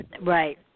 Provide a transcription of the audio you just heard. Right